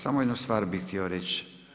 Samo jednu stvar bih htio reći.